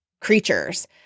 creatures